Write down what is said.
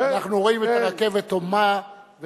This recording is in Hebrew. אנחנו רואים את הרכבת הומה.